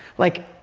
like,